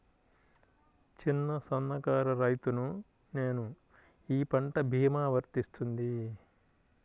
చిన్న సన్న కారు రైతును నేను ఈ పంట భీమా వర్తిస్తుంది?